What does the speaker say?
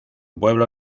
pueblo